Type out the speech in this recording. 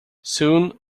soon